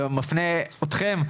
ומפנה אתכם,